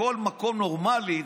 בכל מקום נורמלי,